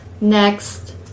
next